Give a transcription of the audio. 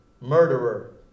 murderer